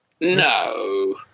No